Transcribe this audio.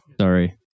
Sorry